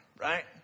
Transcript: right